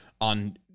on